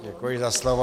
Děkuji za slovo.